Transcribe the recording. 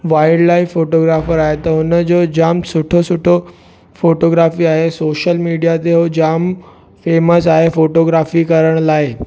wild life photographer आहे त हुन जो जामु सुठो सुठो फोटॉग्राफी आहे सोशल मीडिया ते उहो जामु फेमस आहे फोटोग्राफी करण लाइ